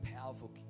powerful